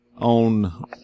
on